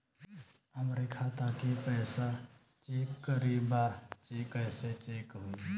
हमरे खाता के पैसा चेक करें बा कैसे चेक होई?